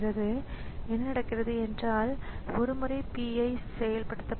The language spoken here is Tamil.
அந்த நிகழ்வு நடந்த பிறகு இந்த நிகழ்வு நடந்தது என்று ஆப்பரேட்டிங் ஸிஸ்டம் தெரிவிக்கிறது